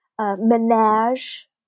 menage